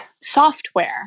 software